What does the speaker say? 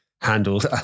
handled